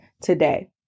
today